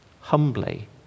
humbly